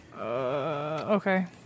Okay